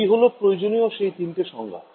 এই হল প্রয়োজনীয় সেই তিনটে সংজ্ঞা